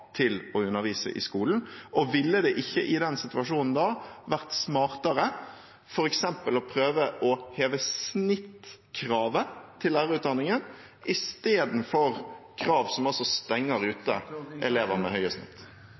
til å undervise i skolen? Ville det ikke med tanke på den situasjonen være smartere f.eks. å prøve å heve snittkravet til lærerutdanningen istedenfor krav som altså stenger ute elever med